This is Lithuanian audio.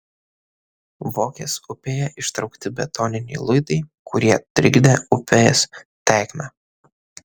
vokės upėje ištraukti betoniniai luitai kurie trikdė upės tėkmę